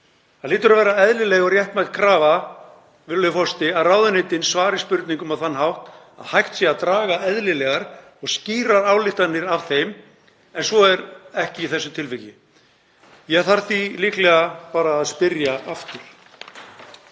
Það hlýtur að vera eðlileg og réttmæt krafa, virðulegur forseti, að ráðuneytin svari spurningum á þann hátt að hægt sé að draga eðlilegar og skýrar ályktanir af þeim. En svo er ekki í þessu tilviki. Ég þarf því líklega bara að spyrja aftur.